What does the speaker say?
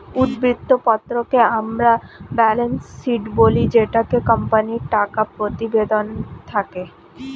উদ্ধৃত্ত পত্রকে আমরা ব্যালেন্স শীট বলি জেটাতে কোম্পানির টাকা প্রতিবেদন থাকে